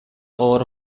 gogor